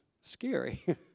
scary